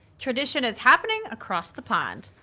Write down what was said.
tradition is happening across the pond.